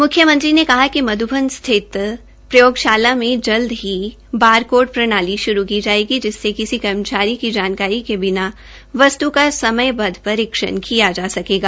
म्ख्यमंत्री ने कहा कि मध्बन स्थित एफएसएल प्रयोगशाला मे जल्द ही बार कोड प्रणाली श्रू की जायेगी जिससे किसी कर्मचारी की जानकारी के बिना वस्त् का समयबद्व परीक्षण किया जा सकेगा